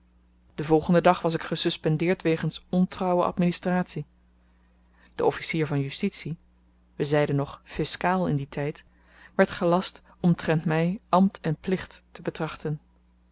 den volgenden dag was ik gesuspendeerd wegens ontrouwe administratie den officier van justitie we zeiden nog fiskaal in dien tyd werd gelast omtrent my ambt en plicht te